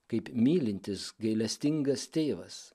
kaip mylintis gailestingas tėvas